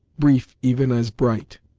brief even as bright.